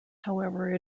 however